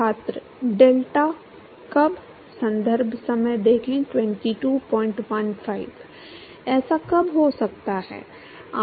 ऐसा कब हो सकता है